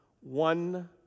one